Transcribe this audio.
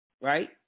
Right